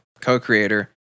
co-creator